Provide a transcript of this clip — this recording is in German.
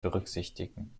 berücksichtigen